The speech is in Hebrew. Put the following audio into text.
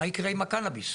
מה יקרה עם הקנביס?